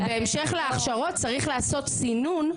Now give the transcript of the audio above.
נכון, ובהמשך להכשרות צריך לעשות סינון,